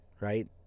right